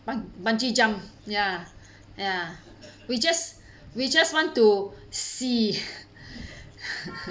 bun~ bungee jump ya ya we just we just want to see